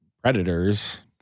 predators